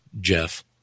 Jeff